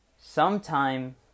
sometime